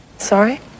sorry